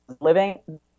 living